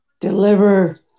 deliver